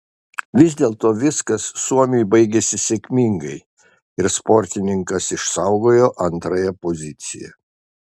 vis dėlto viskas suomiui baigėsi sėkmingai ir sportininkas išsaugojo antrą poziciją